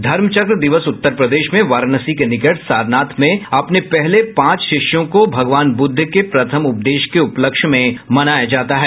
धर्म चक्र दिवस उत्तर प्रदेश में वाराणसी के निकट सारनाथ में अपने पहले पांच शिष्यों को भगवान बुद्ध के प्रथम उपदेश के उपलक्ष्य में मनाया जाता है